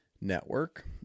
network